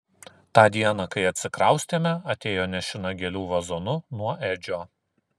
tą dieną kai atsikraustėme atėjo nešina gėlių vazonu nuo edžio